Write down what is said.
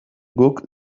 guk